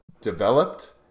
developed